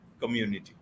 community